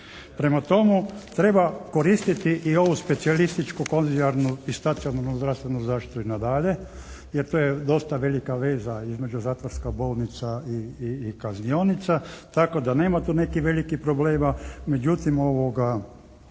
Prema tomu, treba koristiti i ovu specijalističku konzilijarnu i stacionarnu zdravstvenu zaštitu i nadalje jer to je dosta velika veza između zatvorska bolnica i kaznionica tako da nema tu neki velikih problema